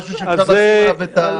משהו שאפשר לשים עליו את היד?